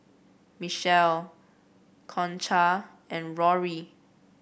Michele Concha and Rory